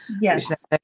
Yes